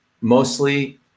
mostly